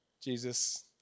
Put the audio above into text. Jesus